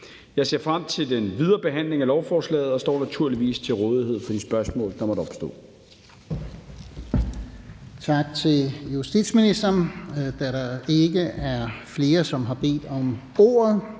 Jeg ser frem til den videre behandling af lovforslaget og står naturligvis til rådighed for de spørgsmål, der måtte opstå. Kl. 09:41 Fjerde næstformand (Lars-Christian Brask): Tak til justitsministeren. Da der ikke er flere, som har bedt om ordet,